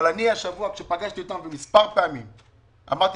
אבל השבוע כשפגשתי אותם מספר פעמים אמרתי